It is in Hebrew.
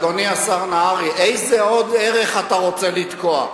אדוני השר נהרי, איזה עוד ערך אתה רוצה לתקוע?